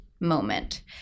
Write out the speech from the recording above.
moment